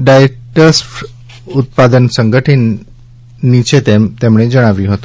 dyestuff ઉત્પાદક સંગઠનની છે તેમ જણાવ્યું હતું